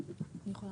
זה,